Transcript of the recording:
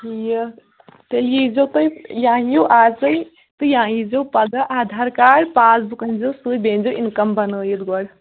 ٹھیٖک تیٚلہِ ییٖزیٚو تُہۍ یا یِیو اَز تُہۍ یا ییٖزیٚو پَگاہ آدھار کارڈ پاس بُک أنۍزیٚو سۭتۍ بیٚیہِ أنۍ زیو اِنکَم بَنٲوِتھ گۄڈٕ